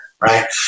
right